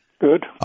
Good